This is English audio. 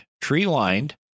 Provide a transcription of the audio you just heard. tree-lined